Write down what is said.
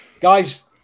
Guys